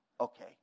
okay